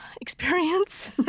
experience